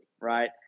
right